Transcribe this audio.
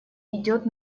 идет